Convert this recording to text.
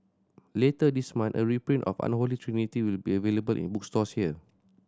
later this month a reprint of Unholy Trinity will be available in bookstores here